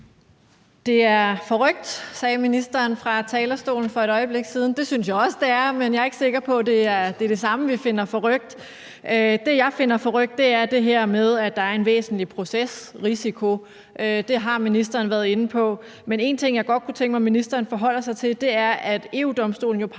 Det er forrykt, sagde ministeren fra talerstolen for et øjeblik siden. Det synes jeg også det er, men jeg er ikke sikker på, at det er det samme, vi finder forrykt. Det, jeg finder forrykt, er det her med, at der er en væsentlig procesrisiko; det har ministeren været inde på. Men en ting, jeg godt kunne tænke mig ministeren forholdt sig til, er, at EU-Domstolen jo peger